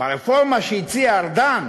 ברפורמה שהציע ארדן,